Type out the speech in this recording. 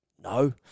No